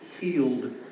healed